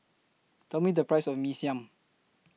Tell Me The Price of Mee Siam